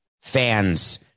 fans